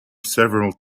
several